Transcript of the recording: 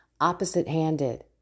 opposite-handed